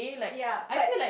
ya but